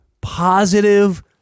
positive